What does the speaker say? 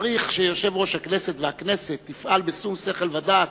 צריך שיושב-ראש הכנסת והכנסת יפעלו בשום שכל ודעת,